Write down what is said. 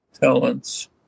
talents